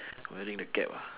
wearing the cap ah